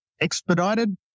expedited